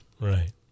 right